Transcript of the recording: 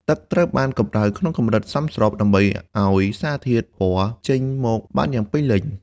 ទឹកត្រូវបានកម្តៅក្នុងកម្រិតសមស្របដើម្បីឱ្យសារធាតុពណ៌ចេញមកបានយ៉ាងពេញលេញ។